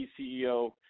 ceo